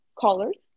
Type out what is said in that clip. colors